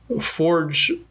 forge